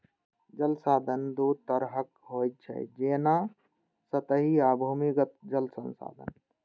जल संसाधन दू तरहक होइ छै, जेना सतही आ भूमिगत जल संसाधन